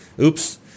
oops